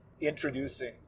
introducing